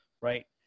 right